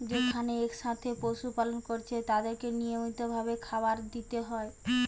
যেখানে একসাথে পশু পালন কোরছে তাদেরকে নিয়মিত ভাবে খাবার দিতে হয়